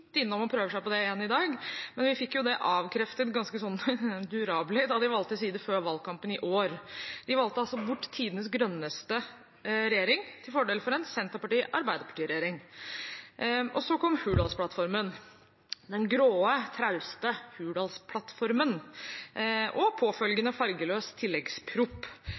innom og prøvde seg på det igjen i dag, men vi fikk jo det avkreftet ganske durabelig da de valgte side før valgkampen i år. De valgte altså bort tidenes grønneste regjering til fordel for en Senterparti–Arbeiderparti-regjering. Så kom Hurdalsplattformen, den grå, trauste Hurdalsplattformen, og en påfølgende fargeløs